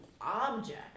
object